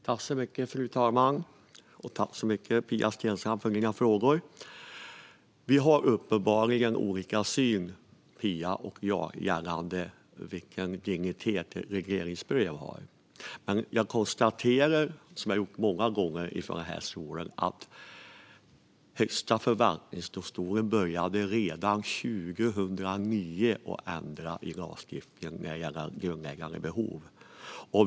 Fru talman! Jag tackar Pia Steensland för hennes frågor. Pia och jag har uppenbarligen olika syn på vilken dignitet ett regleringsbrev har. Jag konstaterar, som jag har gjort många gånger från denna talarstol, att Högsta förvaltningsdomstolen redan 2009 började att ändra i lagstiftningen gällande grundläggande behov.